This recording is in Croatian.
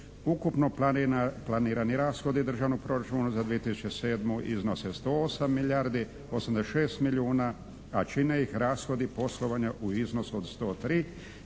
Ukupni planirani rashodi Državnog proračuna za 2007. iznose 108 milijardi 86 milijuna, a čine ih rashodi poslovanja u iznosu od 103.